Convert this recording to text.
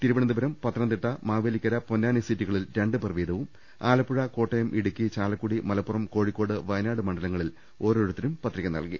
Thiruvananthapuram Pathanamthitta Mavelikkara Ponnani സീറ്റുകളിൽ രണ്ടുപേർ വീതവും ആലപ്പു ഴ കോട്ടയം ഇടുക്കി ചാലക്കുടി മലപ്പുറം കോഴിക്കോട് വയനാട് മണ്ഡ ലങ്ങളിൽ ഓരോരുത്തരും പത്രിക നൽകി